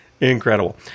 Incredible